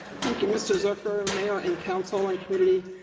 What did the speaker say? thank you, mr. zuercher, mayor, and council and community.